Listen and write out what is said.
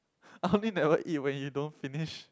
army never eat when you don't finish